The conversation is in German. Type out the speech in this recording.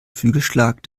flügelschlag